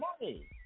money